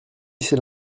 c’est